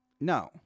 No